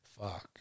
fuck